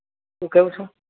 શું કહો છો